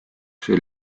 see